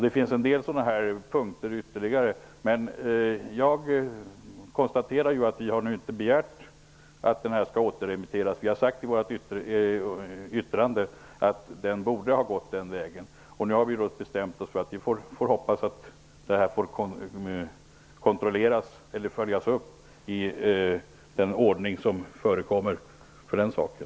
Det finns en del sådana ytterligare punkter. Moderaterna har nu inte begärt att propositionen skall återremitteras. Vi har sagt i vårt yttrande att den borde ha gått den vägen. Vi får hoppas att detta skall kontrolleras eller följas upp i den ordning som gäller för den saken.